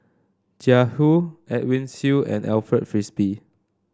Jiang Hu Edwin Siew and Alfred Frisby